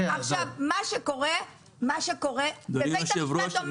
מה שקורה ובית המשפט אומר